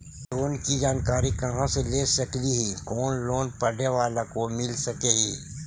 Loan की जानकारी कहा से ले सकली ही, कोन लोन पढ़े बाला को मिल सके ही?